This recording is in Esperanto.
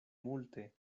multe